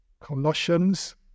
Colossians